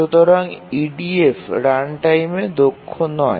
সুতরাং EDF রানটাইমে দক্ষ নয়